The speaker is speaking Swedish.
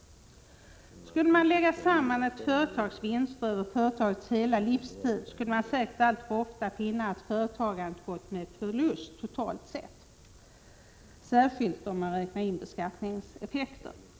Skulle man lägga samman ett företags vinster över företagets hela livstid skulle man säkert alltför ofta finna att företagandet gått med förlust totalt sett, särskilt om man räknar in beskattningseffekter.